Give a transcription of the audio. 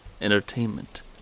entertainment